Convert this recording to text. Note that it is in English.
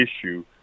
issue